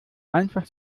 einfach